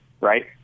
Right